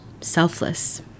selfless